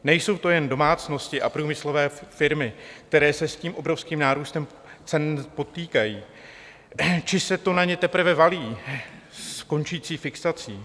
Nejsou to jen domácnosti a průmyslové firmy, které se s tím obrovským nárůstem potýkají či se to na ně teprve valí s končící fixací.